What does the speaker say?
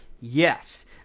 Yes